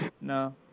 No